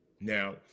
now